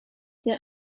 der